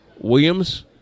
Williams